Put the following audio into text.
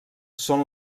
són